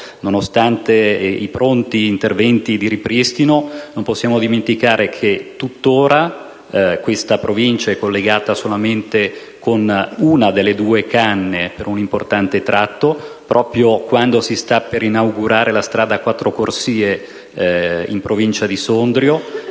nonostante i pronti interventi di ripristino, non possiamo dimenticare che tuttora questa Provincia è collegata solamente con una delle due canne per un importante tratto, proprio quando si sta per inaugurare la strada a quattro corsie in Provincia di Sondrio